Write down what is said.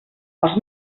els